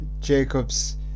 Jacobs